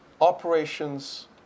operations